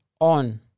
on